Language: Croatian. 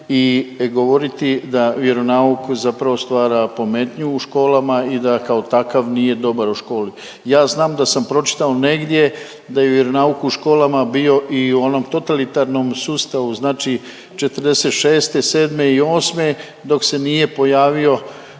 i govoriti da vjeronauk zapravo stvara pometnju u školama i da kao takav nije dobar u školi. Ja znam da sam pročitao negdje da je vjeronauk u školama bio i u onom totalitarnom sustavu, znači '46., '7. i '8. dok se nije pojavio